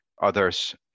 others